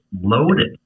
loaded